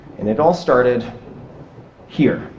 and it all started here,